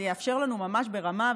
זה יאפשר לנו ממש ברמה,